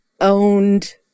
owned